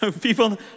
People